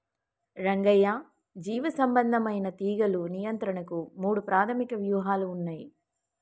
రంగయ్య జీవసంబంధమైన తీగలు నియంత్రణకు మూడు ప్రాధమిక వ్యూహాలు ఉన్నయి